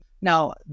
Now